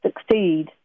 succeed